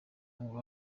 ngo